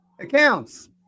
accounts